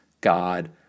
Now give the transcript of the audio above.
God